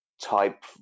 type